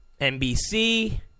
NBC